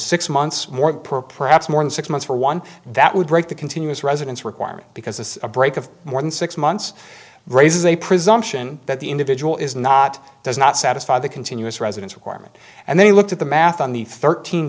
six months more per perhaps more than six months for one that would break the continuous residence requirement because it's a break of more than six months raises a presumption that the individual is not does not satisfy the continuous residence requirement and they looked at the math on the thirteen